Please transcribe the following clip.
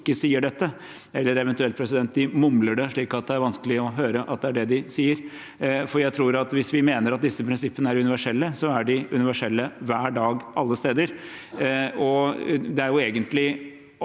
eller eventuelt mumler det, slik at det er vanskelig å høre at det er det de sier. Jeg tror at hvis vi mener at disse prinsippene er universelle, så er de universelle hver dag alle steder. Om man klarer å si